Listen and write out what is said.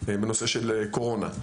בנושא של קורונה.